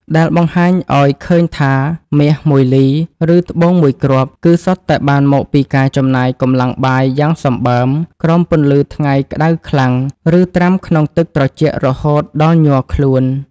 ដែលបង្ហាញឱ្យឃើញថាមាសមួយលី ឬត្បូងមួយគ្រាប់ គឺសុទ្ធតែបានមកពីការចំណាយកម្លាំងបាយយ៉ាងសំបើម ក្រោមពន្លឺថ្ងៃក្ដៅខ្លាំង ឬត្រាំក្នុងទឹកត្រជាក់រហូតដល់ញ័រខ្លួន។